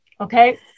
Okay